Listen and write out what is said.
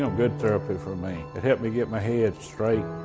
so good therapy for me. it helped me get my head straight.